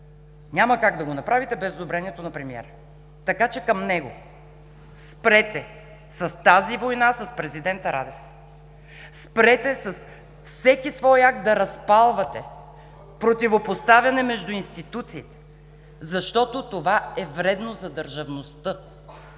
Няма как да го направите без одобрението на премиера. Така че към него: спрете тази война с президента Радев! Спрете с всеки свой акт да разпалвате противопоставяне между институциите, защото това е вредно за държавността!